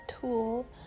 tool